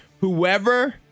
whoever